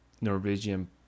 Norwegian